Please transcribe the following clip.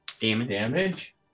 damage